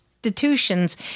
Institutions